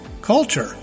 culture